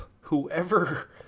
whoever